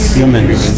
humans